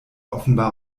offenbar